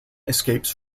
escapes